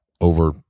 over